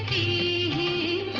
e